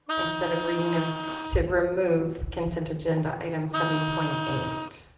instead of reading them to remove consent agenda, item seven point eight